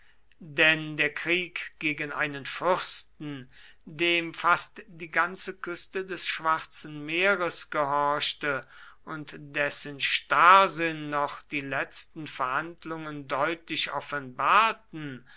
denn der krieg gegen einen fürsten dem fast die ganze küste des schwarzen meeres gehorchte und dessen starrsinn noch die letzten verhandlungen deutlich offenbarten